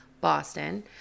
Boston